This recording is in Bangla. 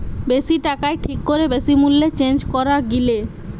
বেশি টাকায় ঠিক করে বেশি মূল্যে চেঞ্জ করা গিলে